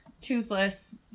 Toothless